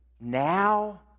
now